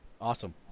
awesome